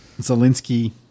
Zelensky